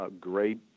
great